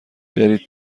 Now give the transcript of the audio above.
برید